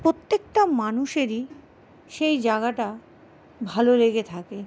প্রত্যেকটা মানুষেরই সেই জায়গাটা ভালো লেগে থাকে